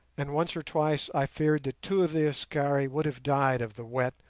and once or twice i feared that two of the askari would have died of the wet,